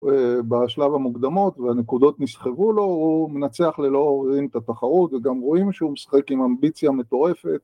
‫בשלב המוקדמות, והנקודות נסחבו לו, ‫הוא מנצח ללא עוררים את התחרות, ‫וגם רואים שהוא משחק ‫עם אמביציה מטורפת.